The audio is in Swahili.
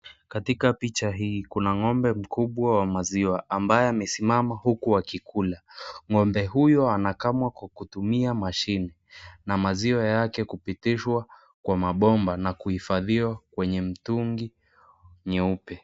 Katika picha hii kuna ng'ombe mkubwa wa maziwa ambaye amesimama huku akikula. Ng'ombe huyu anakamwa kwa kutumia mashini na maziwa yake kupitishwa kwa mabomba na kuhifadhiwa kwenye mtungi nyeupe.